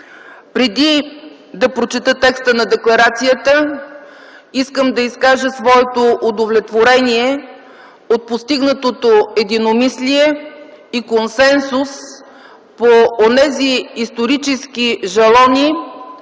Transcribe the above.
Преди да прочета текста на декларацията, искам да изкажа своето удовлетворение от постигнатото единомислие и консенсус по онези исторически жалони,